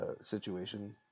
Situation